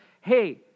hey